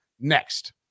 Next